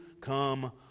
come